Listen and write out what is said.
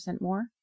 more